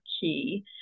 key